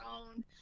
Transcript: own